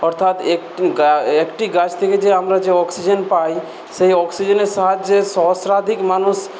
অর্থাৎ একটি গাছ থেকে যে আমরা যে অক্সিজন পাই সেই অক্সিজনের সাহায্য়ে সহস্রাধিক মানুষ